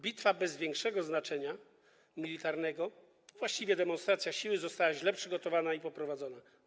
Bitwa bez większego znaczenia militarnego, właściwie była to demonstracja siły, została źle przygotowana i poprowadzona.